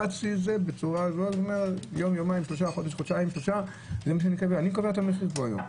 הקפצתי את זה בצורה כזאת כי אני קובע את המחיר פה היום.